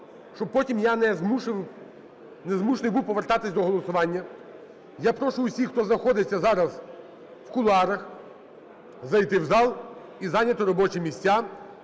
щоб потім я не змушений був повертатися до голосування. Я прошу всіх, хто знаходиться зараз в кулуарах, зайти в зал і зайняти робочі місця.